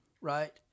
right